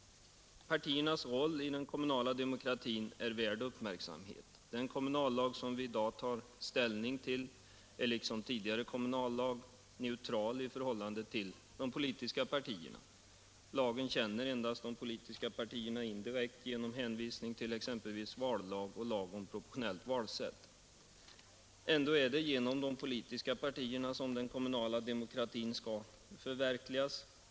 Partiernas roll i den kommunala demokratin är värd uppmärksamhet. Den kommunallag som vi i dag tar ställning till är, liksom tidigare kommunallag, neutral i förhållande till de politiska partierna. Lagen känner endast de politiska partierna indirekt genom hänvisning till exempelvis vallag och lag om proportionellt valsätt. Ändå är det genom de politiska partierna som den kommunala demokratin skall förverkligas.